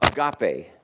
agape